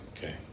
okay